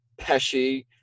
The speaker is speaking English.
Pesci